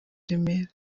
remera